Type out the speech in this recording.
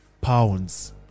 pounds